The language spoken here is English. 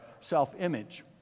self-image